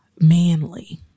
manly